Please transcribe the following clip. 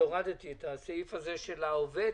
הורדתי את הסעיף הזה של העובד,